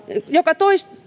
joka